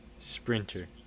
sprinter